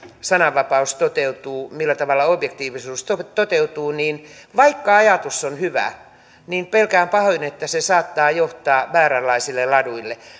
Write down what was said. sananvapaus toteutuu millä tavalla objektiivisuus toteutuu niin vaikka ajatus on hyvä niin pelkään pahoin että se saattaa johtaa vääränlaisille laduille tämä